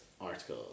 article